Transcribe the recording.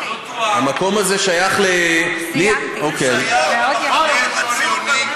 המקום הזה של המחנה הציוני,